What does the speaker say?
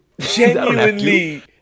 genuinely